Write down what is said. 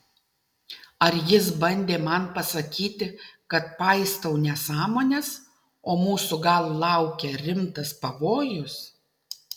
ar jis bandė man pasakyti kad paistau nesąmones o mūsų gal laukia rimtas pavojus